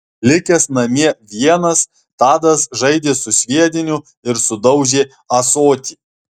likęs namie vienas tadas žaidė su sviediniu ir sudaužė ąsotį